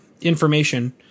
information